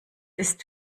ist